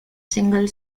single